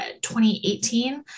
2018